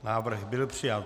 Návrh byl přijat.